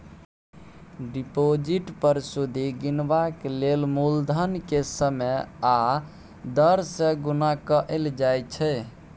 deposit पर सुदि गिनबाक लेल मुलधन केँ समय आ दर सँ गुणा कएल जाइ छै